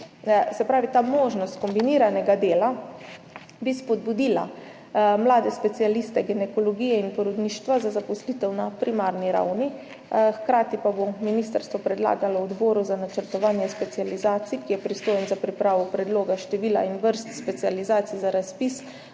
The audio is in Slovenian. ta možnost kombiniranega dela bi spodbudila mlade specialiste ginekologije in porodništva za zaposlitev na primarni ravni, hkrati pa bo ministrstvo predlagalo odboru za načrtovanje specializacij, ki je pristojen za pripravo predloga števila in vrst specializacij za razpis,